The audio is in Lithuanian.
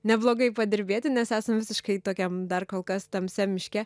neblogai padirbėti nes esam visiškai tokiam dar kol kas tamsiam miške